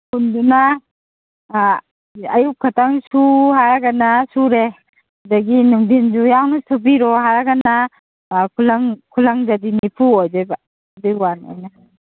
ꯀꯨꯟꯗꯨꯅ ꯑꯌꯨꯛ ꯈꯛꯇꯪ ꯁꯨ ꯍꯥꯏꯔꯒꯅ ꯁꯨꯔꯦ ꯑꯗꯒꯤ ꯅꯨꯡꯊꯤꯟꯁꯨ ꯌꯥꯎꯅ ꯁꯨꯕꯤꯔꯣ ꯍꯥꯏꯔꯒꯅ ꯈꯨꯂꯪ ꯈꯨꯂꯪꯗꯗꯤ ꯅꯤꯐꯨ ꯑꯣꯏꯗꯣꯏꯕ ꯑꯗꯨꯏ ꯋꯥꯅꯦ ꯑꯩꯅ